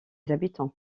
habitants